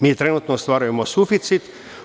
Mi trenutno ostvarujemo suficit.